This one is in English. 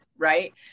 right